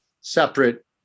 separate